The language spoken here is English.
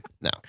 No